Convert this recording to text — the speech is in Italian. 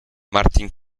martin